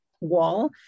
wall